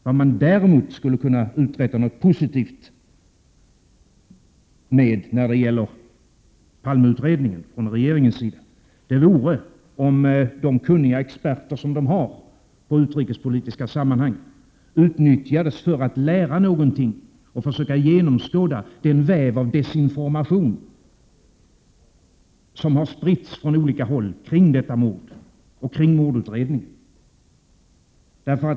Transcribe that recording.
Vad regeringen däremot skulle kunna göra som vore positivt för Palmeutredningen vore att utnyttja de kunniga experter som finns på utrikespolitiska sammanhang för att lära någonting och försöka genomskåda den väv av desinformation som har lagts ut från olika håll kring detta mord och kring mordutredningen.